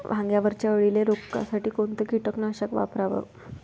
वांग्यावरच्या अळीले रोकासाठी कोनतं कीटकनाशक वापराव?